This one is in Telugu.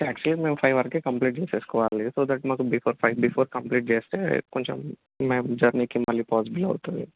యాక్చుయాలి మేము ఫైవ్ వర్కే కంప్లీట్ చేసేసుకోవాలి సో దట్ మాకు బిఫోర్ ఫైవ్ బిఫోర్ కంప్లీట్ చేస్తే కొంచెం మేము జర్నీకి మళ్ళీ పాసిబుల్ అవుతుంది